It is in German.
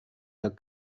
der